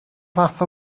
fath